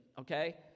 okay